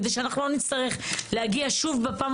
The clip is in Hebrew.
כדי שאנחנו לא נצטרך להגיע שוב בפעם